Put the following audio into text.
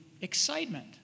excitement